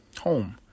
home